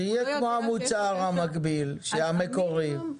שיהיה כמו המוצר המקביל, המקורי.